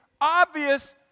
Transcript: obvious